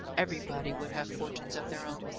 everybody would have fortunes of their own.